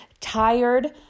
tired